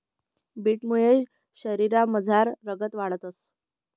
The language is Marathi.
बीटमुये शरीरमझार रगत वाढंस